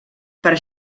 per